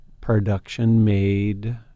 production-made